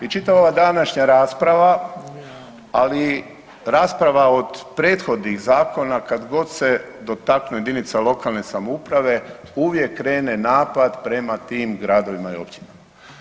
I čitava ova današnja rasprava, ali rasprava od prethodnih zakona, kad god se dotakne jedinica lokalne samouprave, uvijek krene napad prema tim gradovima i općinama.